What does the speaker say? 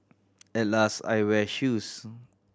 at last I wear shoes